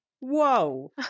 whoa